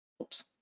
Oops